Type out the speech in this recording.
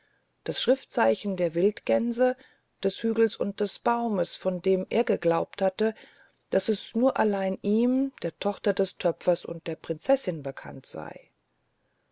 das schriftzeichen der wildgänse des hügels und des baumes von dem er geglaubt hatte daß es nur allein ihm der tochter des töpfers und der prinzessin bekannt sei